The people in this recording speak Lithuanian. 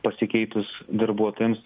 pasikeitus darbuotojams